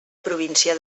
província